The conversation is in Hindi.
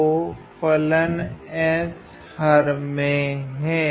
तो फलन s हर में है